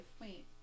Wait